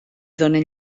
donen